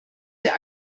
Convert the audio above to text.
der